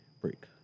break